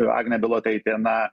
agnė bilotaitė na